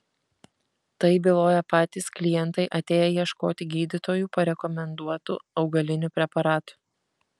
tai byloja patys klientai atėję ieškoti gydytojų parekomenduotų augalinių preparatų